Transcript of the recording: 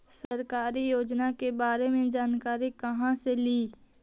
सरकारी योजना के बारे मे जानकारी कहा से ली?